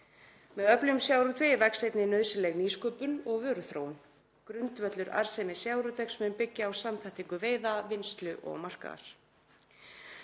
Með öflugum sjávarútvegi vex einnig nauðsynleg nýsköpun og vöruþróun. Grundvöllur arðsemi sjávarútvegs mun byggja á samþættingu veiða, vinnslu og markaðar.